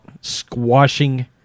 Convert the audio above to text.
squashing